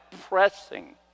pressing